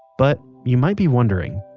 but you might be wondering,